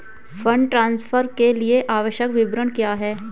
Fund transfer के लिए आवश्यक विवरण क्या हैं?